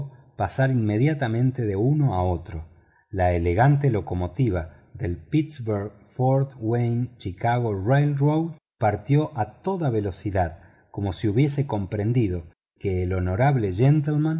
pasar inmediatamente de uno a otro la elegante locomotora del pittsburg fort waine chicago partió a toda velocidad como si hubiese comprendido que el honorable